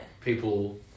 people